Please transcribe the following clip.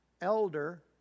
elder